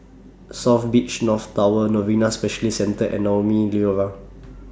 South Beach North Tower Novena Specialist Centre and Naumi Liora